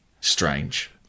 strange